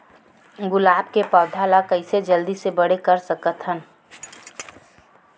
गुलाब के पौधा ल कइसे जल्दी से बड़े कर सकथन?